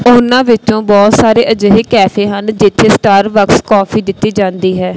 ਉਹਨਾਂ ਵਿੱਚੋਂ ਬਹੁਤ ਸਾਰੇ ਅਜਿਹੇ ਕੈਫ਼ੇ ਹਨ ਜਿੱਥੇ ਸਟਾਰਬਕਸ ਕੌਫੀ ਦਿੱਤੀ ਜਾਂਦੀ ਹੈ